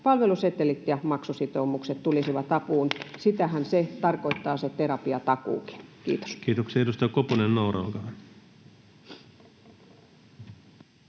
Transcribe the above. palvelusetelit ja maksusitoumukset tulisivat apuun. Sitähän se terapiatakuukin tarkoittaa. — Kiitos. Kiitoksia. — Edustaja Koponen, Noora, olkaa hyvä.